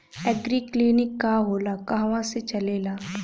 एगरी clinic का होला कहवा से चलेँला?